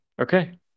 Okay